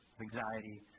anxiety